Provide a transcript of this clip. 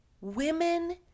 women